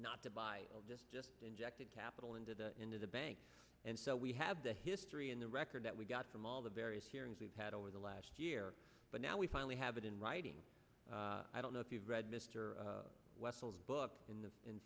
not to buy just injected capital into the into the bank and so we have the history in the record that we got from all the various hearings we've had over the last year but now we finally have it in writing i don't know if you've read mr wessels book in